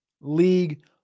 League